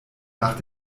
nach